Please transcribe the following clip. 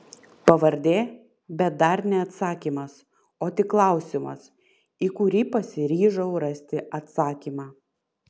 pavardė bet dar ne atsakymas o tik klausimas į kurį pasiryžau rasti atsakymą